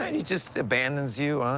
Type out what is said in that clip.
and he just abandons you, huh,